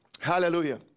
Hallelujah